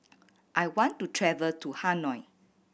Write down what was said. I want to travel to Hanoi